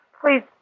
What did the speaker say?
please